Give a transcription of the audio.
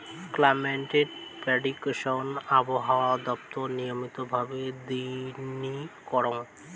climate prediction আবহাওয়া দপ্তর নিয়মিত ভাবে দিননি করং